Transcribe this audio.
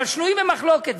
אבל שנויים במחלוקת.